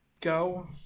go